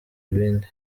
ibindi